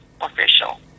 official